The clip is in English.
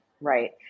Right